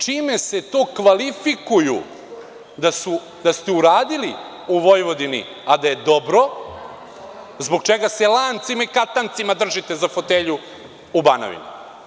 Čime se to kvalifikuju da ste uradili u Vojvodini a da je dobro, zbog čega se lancima i katancima držite za fotelju u Banovini?